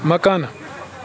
مکانہٕ